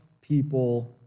people